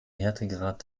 härtegrad